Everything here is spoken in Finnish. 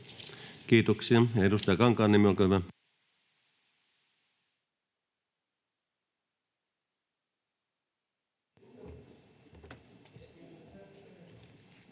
Kiitoksia. — Edustaja Kankaanniemi, olkaa hyvä.